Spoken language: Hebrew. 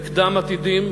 ו"קדם-עתידים",